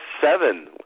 seven